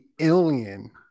Alien